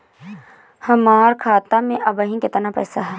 हमार खाता मे अबही केतना पैसा ह?